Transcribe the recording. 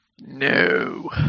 No